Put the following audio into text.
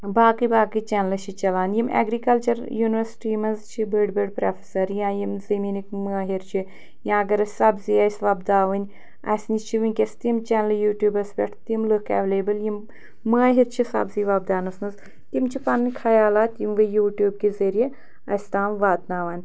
باقٕے باقٕے چَنلہٕ چھِ چَلان یِم اٮ۪گرِکَلچَر یونیورسِٹی منٛز چھِ بٔڑۍ بٔڑۍ پرٛوفٮ۪سَر یا یِم زمیٖنٕکۍ مٲہِر چھِ یا اَگر أسۍ سبزی ٲسۍ وۄپداوٕنۍ اَسہِ نِش چھِ وٕنۍکٮ۪س تِم چَنلہٕ یوٗٹیوٗبَس پٮ۪ٹھ تِم لُکھ اٮ۪ولیبٕل یِم مٲہِر چھِ سبزی وۄپداونَس منٛز تِم چھِ پَنٕنۍ خیالات یِموٕے یوٗٹیوٗب کہِ ذریعہ اَسہِ تام واتناوان